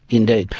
indeed.